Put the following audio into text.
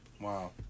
Wow